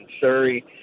Surrey